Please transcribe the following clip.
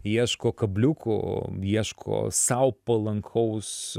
ieško kabliukų ieško sau palankaus